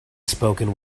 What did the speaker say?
spoken